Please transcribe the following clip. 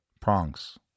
prongs